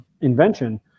invention